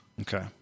Okay